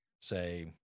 say